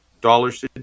dollars